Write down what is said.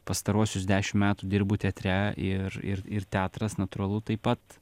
pastaruosius dešimt metų dirbu teatre ir ir ir teatras natūralu taip pat